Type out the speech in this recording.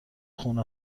خونه